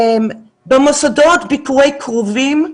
במוסדות, ביקורי קרובים,